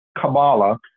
Kabbalah